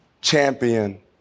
Champion